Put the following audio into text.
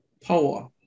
power